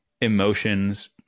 emotions